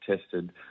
tested